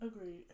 Agreed